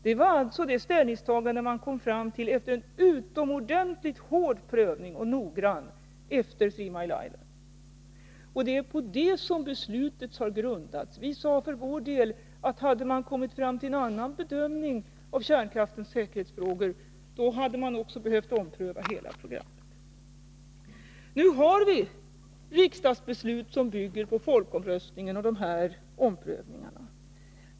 Det var alltså det ställningstagande man kom fram till efter en utomordentligt hård och noggrann prövning efter Three Mile Island-olyckan, och det är på det som beslutet har grundats. Vi sade för vår del att hade man kommit fram till någon annan bedömning av kärnkraftens säkerhetsfrågor, då hade man också behövt ompröva hela programmet. Nu har vi riksdagsbeslut som bygger på folkomröstningen och dessa omprövningar.